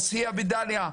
עוספיה ודאליה,